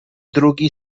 drugi